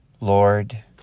Lord